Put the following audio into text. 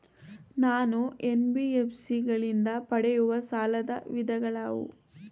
ನಾನು ಎನ್.ಬಿ.ಎಫ್.ಸಿ ಗಳಿಂದ ಪಡೆಯುವ ಸಾಲದ ವಿಧಗಳಾವುವು?